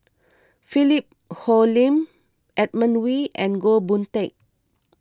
Philip Hoalim Edmund Wee and Goh Boon Teck